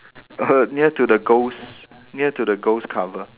near to the ghost near to the ghost cover